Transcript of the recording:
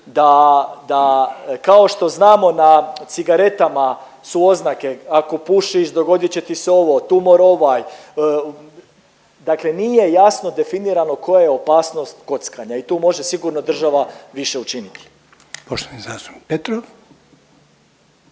da kao što znamo na cigaretama su oznake ako pušiš dogodit će ti se ovo, tumor ovaj, dakle nije jasno definirano koja je opasnost kockanja i tu može sigurno država više učiniti. **Reiner,